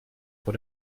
vor